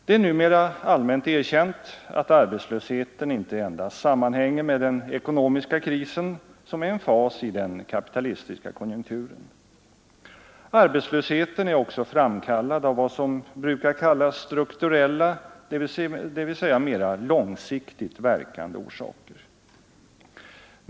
Det är numera allmänt erkänt att arbetslösheten inte endast sammanhänger med den ekonomiska krisen, som är en fas i den kapitalistiska konjunkturen. Arbetslösheten är också framkallad av vad som brukar kallas strukturella, dvs. mera långsiktligt verkande, orsaker.